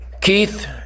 Keith